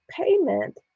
payment